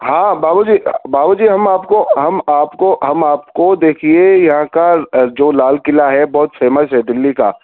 ہاں بابو جی بابو جی ہم آپ کو ہم آپ کو ہم آپ کو دیکھیے یہاں کا جو لال قلعہ ہے بہت فیمس ہے دلی کا